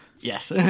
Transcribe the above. Yes